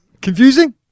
Confusing